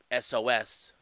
SOS